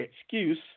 excuse